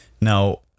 Now